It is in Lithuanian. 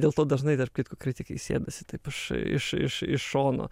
dėl to dažnai tarp kitko kritikai sėdasi taip iš iš iš iš šono